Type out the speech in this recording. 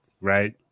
right